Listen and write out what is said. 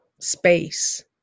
space